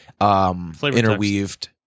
interweaved